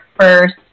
first